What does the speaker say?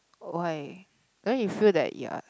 why don't you feel that you are